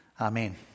Amen